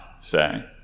say